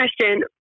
question